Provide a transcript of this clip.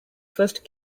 first